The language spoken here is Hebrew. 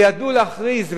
ידעו להכריז,